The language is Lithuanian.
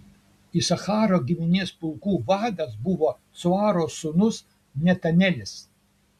isacharo giminės pulkų vadas buvo cuaro sūnus netanelis